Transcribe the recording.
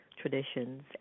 traditions